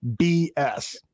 BS